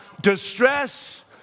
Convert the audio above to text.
distress